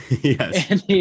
yes